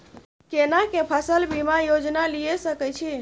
केना के फसल बीमा योजना लीए सके छी?